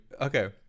Okay